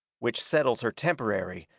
which settles her temporary,